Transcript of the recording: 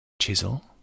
Chisel